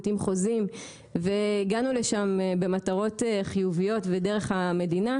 עם חוזים והגענו לשם למטרות חיוביות ודרך המדינה.